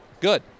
Good